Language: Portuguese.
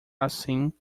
assim